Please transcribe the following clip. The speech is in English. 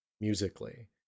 musically